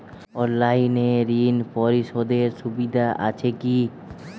অনলাইনে ঋণ পরিশধের সুবিধা আছে কি?